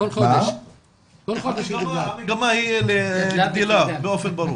כרמיאל גדלה באופן ברור.